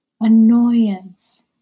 annoyance